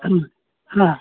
ம் ஆ